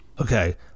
Okay